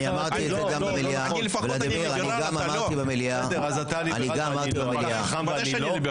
לפחות אני --- אתה חכם ואני לא,